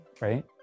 Right